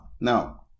Now